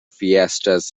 fiestas